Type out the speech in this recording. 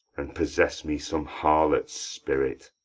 and possess me some harlot's spirit!